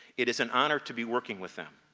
it is an honor to be working with them.